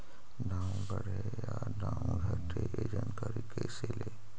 दाम बढ़े या दाम घटे ए जानकारी कैसे ले?